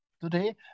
today